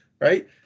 right